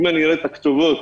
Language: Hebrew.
אם אראה את הכתובות